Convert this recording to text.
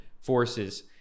forces